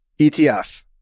ETF